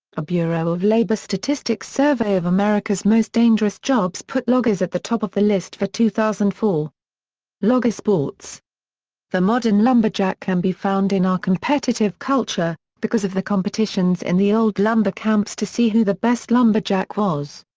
a bureau of labour statistics survey of america's most dangerous jobs put loggers at the top of the list for two thousand and four. loggersports the modern lumberjack can be found in our competitive culture, because of the competitions in the old lumber camps to see who the best lumberjack was.